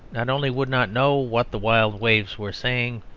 not only would not know what the wild waves were saying,